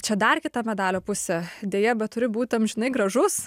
čia dar kita medalio pusė deja bet turi būt amžinai gražus